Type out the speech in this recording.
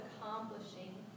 accomplishing